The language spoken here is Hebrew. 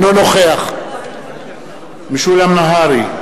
אינו נוכח משולם נהרי,